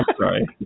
sorry